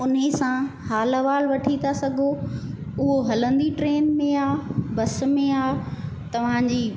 उन्हीअ सां हाल अहिवाल वठी था सघो उहो हलंदी ट्रेन में आहे बस में आहे तव्हांजी